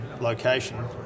location